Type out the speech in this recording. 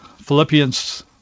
Philippians